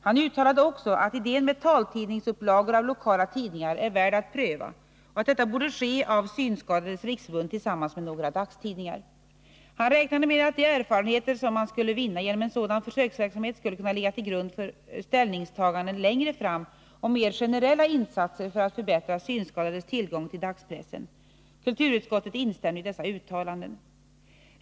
Han uttalade också att idén med taltidningsupplagor av lokala tidningar är värd att pröva och att detta borde ske av Synskadades riksförbund tillsammans med några dagstidningar. Han räknade med att de erfarenheter som man skulle vinna genom en sådan försöksverksamhet skulle kunna ligga till grund för ställningstaganden längre fram om mer generella insatser för att förbättra synskadades tillgång till dagspressen. Kulturutskottet instämde i dessa uttalanden .